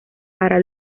para